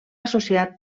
associat